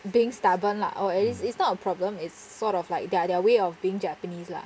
being stubborn lah or at least it it's not a problem it's sort of like their their way of being japanese lah